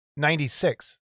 96